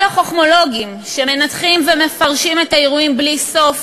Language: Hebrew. כל החכמולוגים שמנתחים ומפרשים את האירועים בלי סוף,